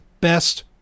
best